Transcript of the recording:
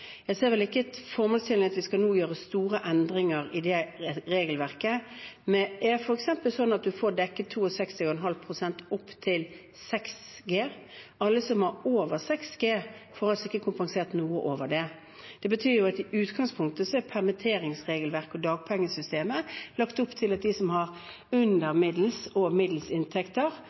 Jeg ser det ikke som formålstjenlig nå å gjøre store endringer i det regelverket. Man får f.eks. dekket 62,5 pst. opp til 6G. Alle som er over 6G, får ikke kompensert noe over det. Det betyr at i utgangspunktet er permitteringsregelverket og dagpengesystemet lagt opp slik at de som har under middels